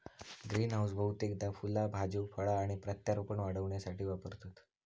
greenhouse बहुतेकदा फुला भाज्यो फळा आणि प्रत्यारोपण वाढविण्यासाठी वापरतत